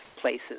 places